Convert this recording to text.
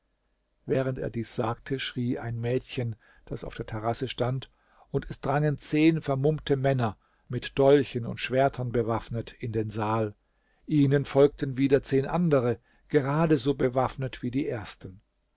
während er dies sagte schrie ein mädchen das auf der terrasse stand und es drangen zehn vermummte männer mit dolchen und schwertern bewaffnet in den saal ihnen folgten wieder zehn andere gerade so bewaffnet wie die ersten